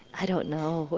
i don't know,